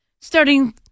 starting